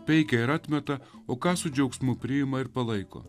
peikia ir atmeta o ką su džiaugsmu priima ir palaiko